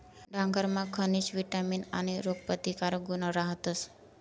डांगरमा खनिज, विटामीन आणि रोगप्रतिकारक गुण रहातस